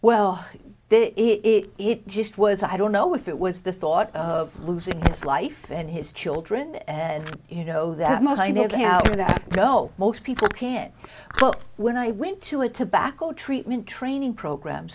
well it just was i don't know if it was the thought of losing his life and his children and you know that much i never going to go most people can when i went to a tobacco treatment training program